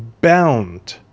bound